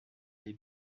les